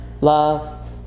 love